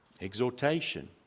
exhortation